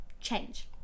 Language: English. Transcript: change